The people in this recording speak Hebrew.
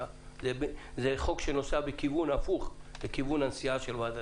אתה מבקש להעלות את ההסתייגות הזו למליאה?